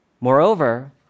Moreover